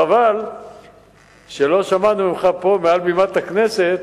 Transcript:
חבל שלא שמענו ממך פה, מעל במת הכנסת,